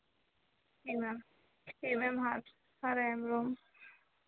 जी ma'am जी ma'am हाँ हाँ रैम रोम